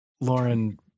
Lauren